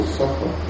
suffer